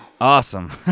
Awesome